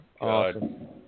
god